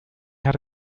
had